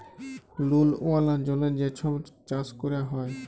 লুল ওয়ালা জলে যে ছব চাষ ক্যরা হ্যয়